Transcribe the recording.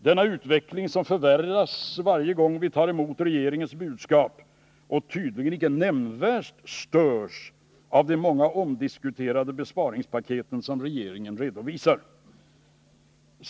Denna utveckling förvärras varje gång vi tar emot regeringens budskap, och den störs icke nämnvärt av de många omdiskuterade besparingspaket som regeringen redovisar.